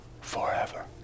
forever